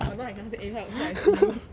but now I cannot say eh how hope I see you